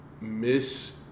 miss